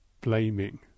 blaming